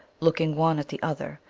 looking one at the other,